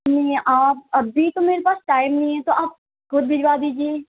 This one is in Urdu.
نہیں آپ ابھی تو میرے پاس ٹائم نہیں ہے تو آپ خود بھجوا دیجیے